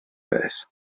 beth